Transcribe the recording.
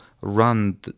run